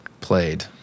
played